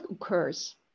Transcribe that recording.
occurs